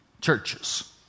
churches